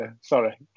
sorry